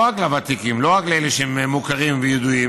לא רק לוותיקים, לא רק לאלה שמוכרים וידועים,